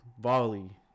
volley